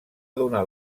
donar